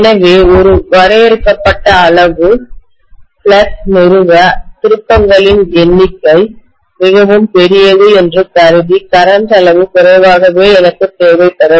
எனவே ஒரு வரையறுக்கப்பட்ட அளவு ஃப்ளக்ஸ் நிறுவ திருப்பங்களின் எண்ணிக்கை மிகவும் பெரியது என்று கருதி கரண்ட்அளவு குறைவாகவே எனக்குத் தேவைப்படும்